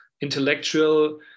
intellectual